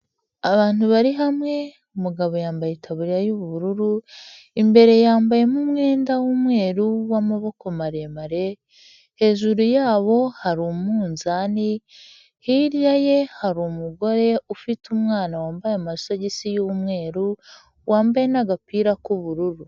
Abantu bari hamwe umugabo yambaye itaburiya y'ubururu imbere yambayemo umwenda w'umweru w'amaboko maremare, hejuru yabo hari umunzani hirya ye hari umugore ufite umwana wambaye amasogisi y'umweru wambaye n'agapira k'ubururu.